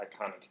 iconic